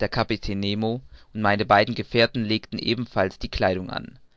der kapitän nemo und meine beiden gefährten legten ebenfalls die kleidung an